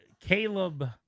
Caleb